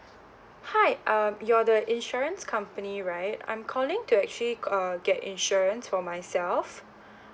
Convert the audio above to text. hi um you're the insurance company right I'm calling to actually g~ err get insurance for myself